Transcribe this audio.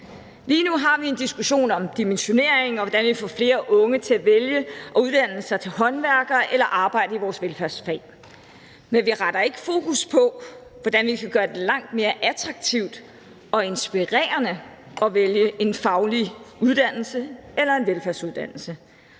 Lige nu har vi en diskussion om dimensionering, og hvordan vi får flere unge til at vælge at uddanne sig til håndværker eller arbejde i vores velfærdssystem. Men vi retter ikke fokus på, hvordan vi kan gøre det langt mere attraktivt og inspirerende at vælge en faglig uddannelse eller en velfærdsuddannelse.